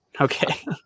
Okay